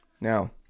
Now